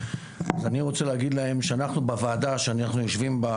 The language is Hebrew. אני רוצה להגיד להם שבוועדה המשותפת לנו,